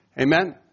Amen